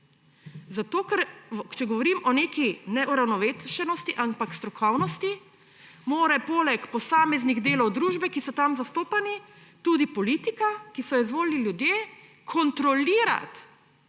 Zato ker če ne govorim o neki ne uravnovešenosti, ampak o strokovnosti, mora poleg posameznih delov družbe, ki so tam zastopani, tudi politika, ki so jo izvolili ljudje, kontrolirati,